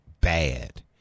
bad